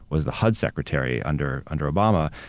was the hud secretary under under obama,